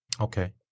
Okay